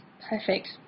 perfect